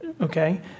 okay